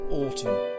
autumn